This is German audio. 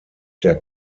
der